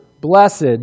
blessed